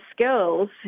skills